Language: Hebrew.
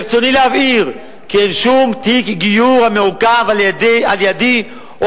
ברצוני להבהיר כי אין שום תיק גיור המעוכב על-ידי או